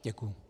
Děkuju.